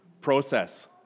process